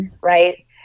right